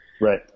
Right